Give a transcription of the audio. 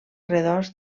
redós